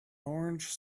orange